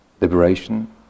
liberation